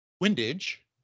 windage